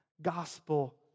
Gospel